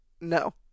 No